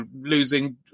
losing